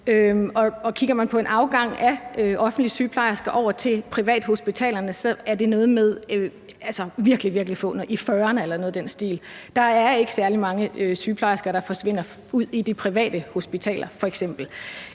og kigger man på afgangen af offentligt ansatte sygeplejersker over til privathospitalerne, er der tale om virkelig få – tallet er på nogle og fyrre eller noget i den stil. Der er ikke særlig mange sygeplejersker, der f.eks. forsvinder ud på det private hospitaler.